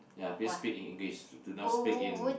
ya please speak in English do do not speak in